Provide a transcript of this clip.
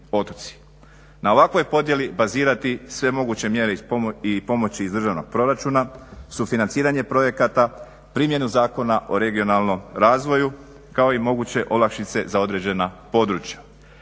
Na ovakvoj podjeli bazirati sve moguće mjere i pomoći iz državnog proračuna, sufinanciranje projekata, primjenu Zakona o regionalnom razvoju, kao i moguće olakšice za određena područja.